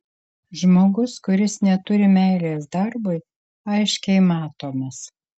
žmogus kuris neturi meilės darbui aiškiai matomas